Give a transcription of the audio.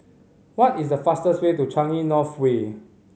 what is the fastest way to Changi North Way